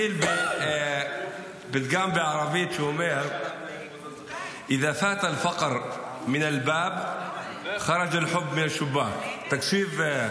אתחיל בפתגם בערבית שאומר (אומר בשפה הערבית:) תקשיב,